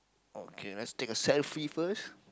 okay let's take a selfie first